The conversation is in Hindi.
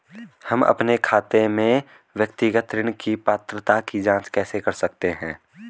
हम अपने खाते में व्यक्तिगत ऋण की पात्रता की जांच कैसे कर सकते हैं?